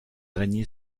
araignée